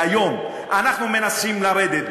והיום אנחנו מנסים לרדת,